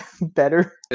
better